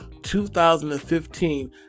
2015